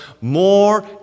more